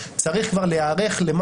אז צריך לראות שלא